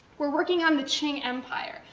we're working on the qing empire,